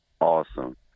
Awesome